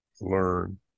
learn